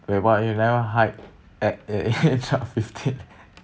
eh !wah! you never hike at age of fifteen